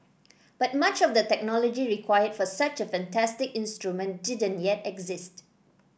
but much of the technology required for such a fantastic instrument didn't yet exist